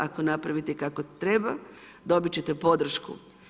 Ako napravite kako treba, dobit ćete podršku.